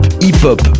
hip-hop